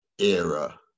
era